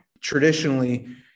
Traditionally